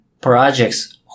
projects